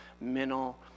mental